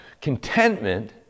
contentment